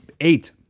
eight